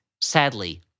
sadly